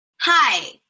Hi